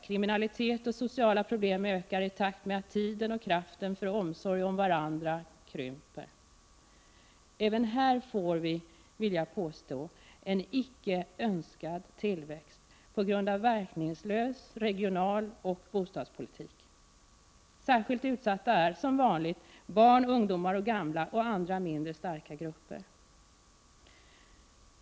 Kriminalitet och sociala problem ökar i takt med att tiden och kraften för omsorg om varandra krymper. Även här får vi, vill jag påstå, en icke önskad tillväxt på grund av verkningslös regionalpolitik och bostadspolitik. Särskilt utsatta är — som vanligt — barn, ungdomar, gamla och andra mindre starka grupper.